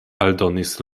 aldonis